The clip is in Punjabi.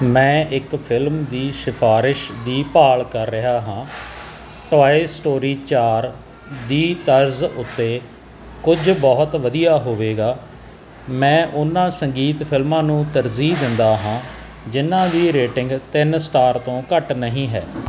ਮੈਂ ਇੱਕ ਫਿਲਮ ਦੀ ਸਿਫਾਰਸ਼ ਦੀ ਭਾਲ ਕਰ ਰਿਹਾ ਹਾਂ ਟੋਆਏ ਸਟੋਰੀ ਚਾਰ ਦੀ ਤਰਜ਼ ਉੱਤੇ ਕੁਝ ਬਹੁਤ ਵਧੀਆ ਹੋਵੇਗਾ ਮੈਂ ਉਹਨਾਂ ਸੰਗੀਤ ਫਿਲਮਾਂ ਨੂੰ ਤਰਜੀਹ ਦਿੰਦਾ ਹਾਂ ਜਿਨ੍ਹਾਂ ਦੀ ਰੇਟਿੰਗ ਤਿੰਨ ਸਟਾਰ ਤੋਂ ਘੱਟ ਨਹੀਂ ਹੈ